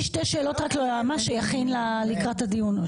לי יש שתי שאלות ליועץ המשפטי ואני מבקשת שיכין תשובות לקראת הדיון.